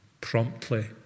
promptly